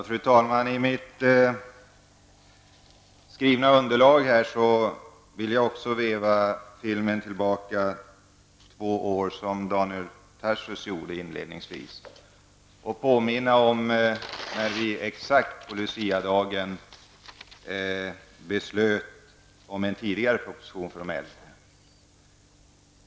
Fru talman! I mitt skrivna underlag vill jag också veva filmen tillbaka två år, som Daniel Tarschys gjorde inledningsvis, och påminna om att vi då, just på Luciadagen, beslöt om en tidigare proposition för de äldre.